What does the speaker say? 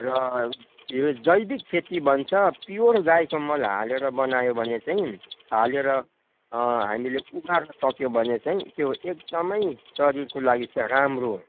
र यो जैविक खेती भन्छ प्युर गाईको मल हालेर बनायो भने चाहिँ हालेर हामीले उमार्नु सक्यौँ भने चाहिँ त्यो एकदमै शरीरको लागि चाहिँ राम्रो